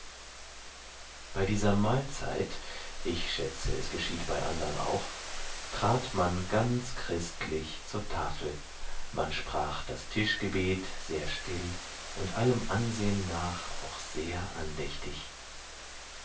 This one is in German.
bei dieser mahlzeit ich schätze es geschiehet bei andern auch trat man ganz christlich zur tafel man sprach das tischgebet sehr still und allem ansehen nach auch sehr andächtig